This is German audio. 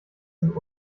sind